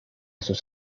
sus